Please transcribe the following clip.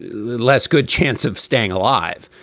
less good chance of staying alive.